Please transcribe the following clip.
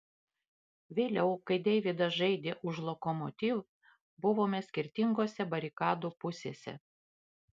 vėliau kai deividas žaidė už lokomotiv buvome skirtingose barikadų pusėse